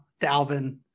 Dalvin